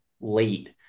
late